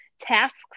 tasks